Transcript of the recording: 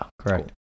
correct